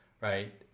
right